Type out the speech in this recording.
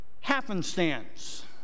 happenstance